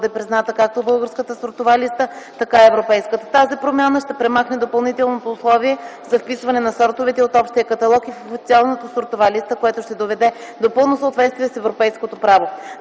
да бъде призната както българската сортова листа, така и европейската. Тази промяна ще премахне допълнителното условие за вписване на сортовете от Общия каталог и в Официалната сортова листа, което ще доведе до пълно съответствие с европейското право.